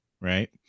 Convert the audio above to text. right